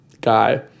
guy